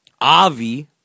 Avi